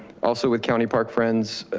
also with county park friends.